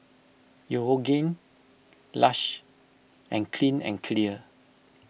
Yoogane Lush and Clean and Clear